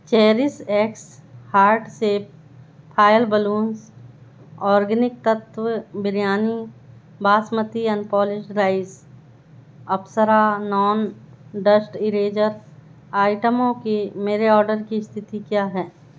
cherish x heart shape foil balloon organic Tattva biryani basmati unpolished rice Apsara non dust eraser आइटमों की मेरे order की स्थिति क्या है